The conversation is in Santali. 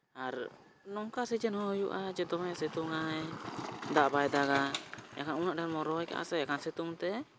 ᱟᱨ ᱱᱚᱝᱠᱟ ᱥᱮᱪᱮᱫ ᱦᱚᱸ ᱦᱩᱭᱩᱜᱼᱟ ᱡᱮ ᱫᱚᱢᱮ ᱥᱤᱛᱩᱝᱟᱭ ᱫᱟᱜ ᱵᱟᱭ ᱫᱟᱜᱟ ᱮᱱᱠᱷᱟᱱ ᱩᱱᱟᱹᱜ ᱰᱷᱮᱨᱵᱚᱱ ᱨᱚᱦᱚᱭ ᱠᱟᱜᱼᱟ ᱥᱮ ᱮᱱᱠᱷᱟᱱ ᱥᱤᱛᱩᱝᱛᱮ